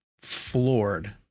floored